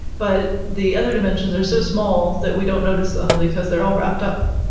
but the other dimensions are so small that we don't notice them because they're all wrapped up.